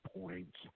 points